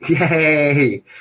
yay